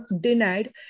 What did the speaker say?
denied